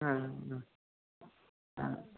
ആ ആ ആ